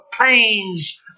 pains